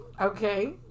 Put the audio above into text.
Okay